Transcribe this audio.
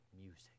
music